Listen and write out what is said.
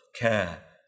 care